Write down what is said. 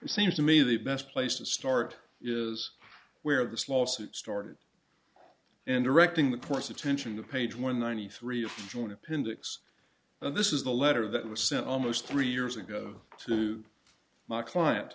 it seems to me the best place to start is where this lawsuit started and directing the course attention the page one ninety three of the an appendix this is the letter that was sent almost three years ago to my client